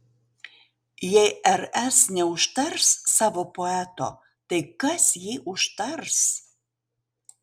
jei rs neužtars savo poeto tai kas jį užtars